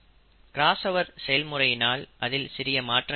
crossover செயல்முறையினால் அதில் சிறிய மாற்றங்கள் இருக்கும்